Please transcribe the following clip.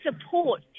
support